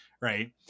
Right